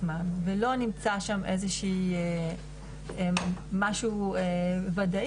עצמן ולא נמצא שם איזה שהוא משהו ודאי,